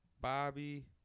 Bobby